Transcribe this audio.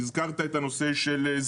הזכרת את הזיהום,